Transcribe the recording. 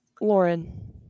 Lauren